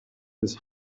this